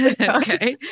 Okay